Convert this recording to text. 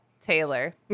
Taylor